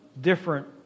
different